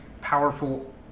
powerful